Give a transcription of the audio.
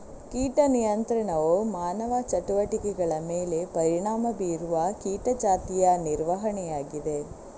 ಕೀಟ ನಿಯಂತ್ರಣವು ಮಾನವ ಚಟುವಟಿಕೆಗಳ ಮೇಲೆ ಪರಿಣಾಮ ಬೀರುವ ಕೀಟ ಜಾತಿಯ ನಿರ್ವಹಣೆಯಾಗಿದೆ